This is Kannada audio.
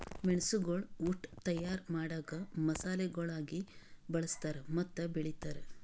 ಮೆಣಸುಗೊಳ್ ಉಟ್ ತೈಯಾರ್ ಮಾಡಾಗ್ ಮಸಾಲೆಗೊಳಾಗಿ ಬಳ್ಸತಾರ್ ಮತ್ತ ಬೆಳಿತಾರ್